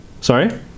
sorry